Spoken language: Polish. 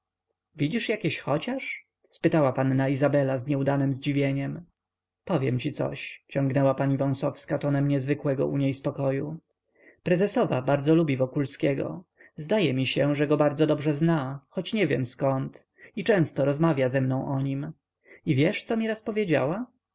widzisz jakieś chociaż spytała panna izabela z nieudanem zdziwieniem powiem ci coś ciągnęła pani wąsowska tonem niezwykłego u niej spokoju prezesowa bardzo lubi wokulskiego zdaje mi się że go bardzo dobrze zna choć nie wiem zkąd i często rozmawia ze mną o nim i wiesz co mi raz powiedziała